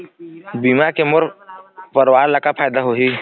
बीमा के मोर परवार ला का फायदा होही?